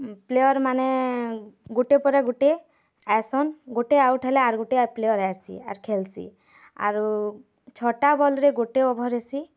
ପ୍ଲେୟାର୍ମାନେ ଗୁଟେ ପରେ ଗୁଟେ ଆଇସନ୍ ଗୋଟେ ଆଉଟ୍ ହେଲେ ଆଉ ଗୁଟେ ପ୍ଲେୟାର୍ ଆଇସି ଆର୍ ଖେଲ୍ସି ଆରୁ ଛଟା ବଲ୍ରେ ଗୋଟେ ଓଭର୍ ହେସି